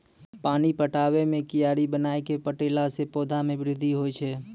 पानी पटाबै मे कियारी बनाय कै पठैला से पौधा मे बृद्धि होय छै?